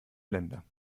länder